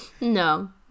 no